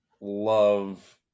love